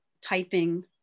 typing